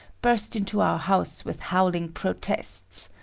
burst into our house with howling protests.